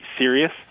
serious